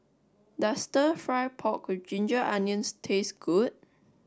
does Stir Fry Pork with Ginger Onions taste good